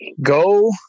go